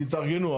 תתארגנו.